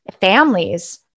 families